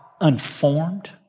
unformed